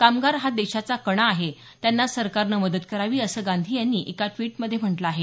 कामगार हा देशाचा कणा आहे त्यांना सरकारनं मदत करावी असं गांधी यांनी एका ड्वीटमध्ये म्हटलं आहे